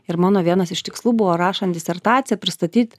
ir mano vienas iš tikslų buvo rašant disertaciją pristatyt